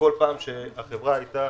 שבכל פעם שהחברה היתה